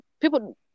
people